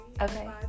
okay